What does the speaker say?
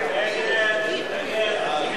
הצעת סיעת העבודה להביע אי-אמון